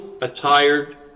attired